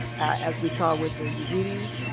as we saw with the yazidis,